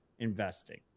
investing